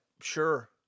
sure